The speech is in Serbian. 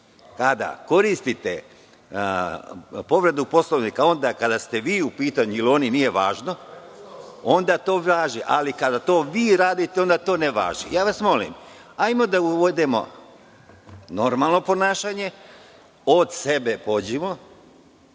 Kada koristite povredu Poslovnika, onda kada ste vi u pitanju ili oni, nije važno, onda to važi, ali kada vi to radite, onda ne važi. Molim vas, hajde da uvedemo normalno ponašanje. Od sebe pođimo